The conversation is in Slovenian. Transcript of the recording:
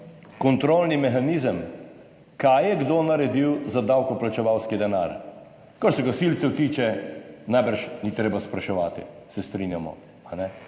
kontrolni mehanizem kaj je kdo naredil za davkoplačevalski denar, kar se gasilcev tiče, najbrž ni treba spraševati. Se strinjamo.